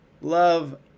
Love